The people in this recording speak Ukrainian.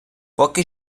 поки